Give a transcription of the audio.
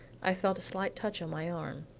i felt a slight touch on my arm.